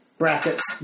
brackets